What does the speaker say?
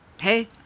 Hey